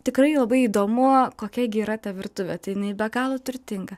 tikrai labai įdomu kokia gi yra ta virtuvė tai jinai be galo turtinga